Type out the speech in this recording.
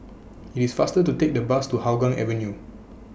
IS IT faster to Take The Bus to Hougang Avenue